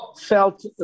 felt